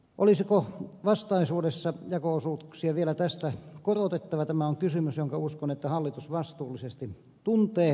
olisiko vastaisuudessa jako osuuksia vielä tästä korotettava tämä on kysymys jonka uskon hallitus vastuullisesti tuntee